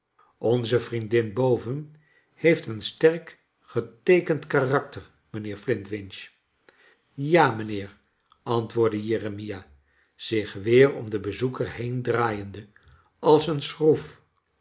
onze vriendin boven heeft een sterk geteekend karakter mijnheer flintwinch ja mijnheer antwoordde jeremia zich weer om den bezoeker heendraaiende als een schroef